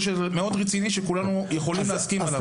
מאוד רציני שכולנו יכולים להסכים עליו.